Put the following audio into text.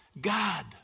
God